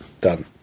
Done